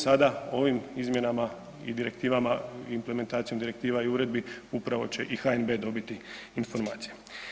Sada ovim izmjenama i direktivama implementacijom direktiva i uredbi upravo će i HNB dobiti informacije.